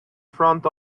front